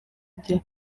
bya